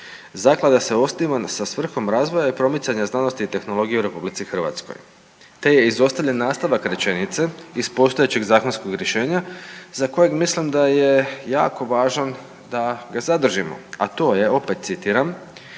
zaklada se osniva sa svrhom razvoja i promicanja znanosti i tehnologije u RH, te je izostavljen nastavak rečenice iz postojećeg zakonskog rješenja za kojeg mislim da je jako važan da ga zadržimo, a to je, opet citiram,